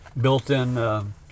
built-in